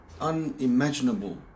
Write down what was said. unimaginable